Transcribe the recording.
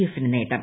എഫിന് നേട്ടം